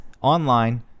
online